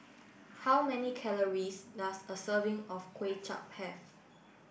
how many calories does a serving of Kway Chap have